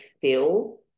feel